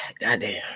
goddamn